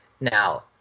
Now